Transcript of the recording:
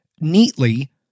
neatly